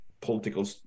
political